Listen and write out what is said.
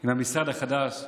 עם המשרד החדש.